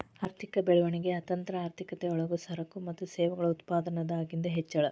ಆರ್ಥಿಕ ಬೆಳವಣಿಗೆ ಅಂತಂದ್ರ ಆರ್ಥಿಕತೆ ಯೊಳಗ ಸರಕು ಮತ್ತ ಸೇವೆಗಳ ಉತ್ಪಾದನದಾಗಿಂದ್ ಹೆಚ್ಚಳ